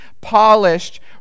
polished